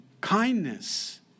Kindness